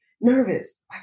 nervous